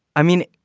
i mean,